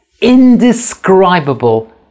indescribable